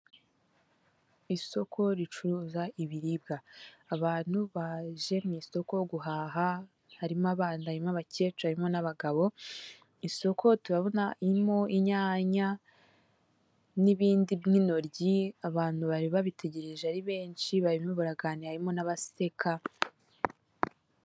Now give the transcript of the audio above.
Isoko ricuruza ibiribwa abantu baje mu isoko guhaha harimo abana harimo abakecuru harimo n'abagabo, isoko turabonamo inyanya n'ibindi nk'intoryi abantu bari babitegereje ari benshi babimo baraganira harimo n'abaseka.